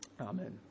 Amen